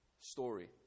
story